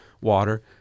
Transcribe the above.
water